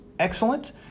excellent